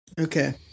Okay